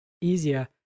easier